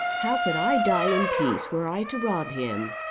how could i die in peace were i to rob him?